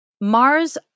Mars